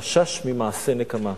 חשש ממעשי נקמה.